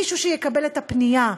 מישהו שיקבל את הפנייה,